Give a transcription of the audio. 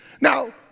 Now